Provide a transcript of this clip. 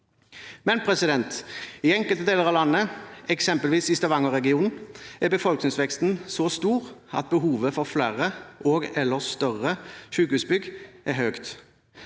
potensial. I enkelte deler av landet, eksempelvis i Stavangerregionen, er befolkningsveksten så stor at behovet for flere og/eller større sykehusbygg er høyt.